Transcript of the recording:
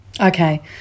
Okay